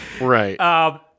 Right